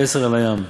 ועשרה על הים.